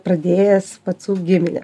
pradėjęs pacų giminę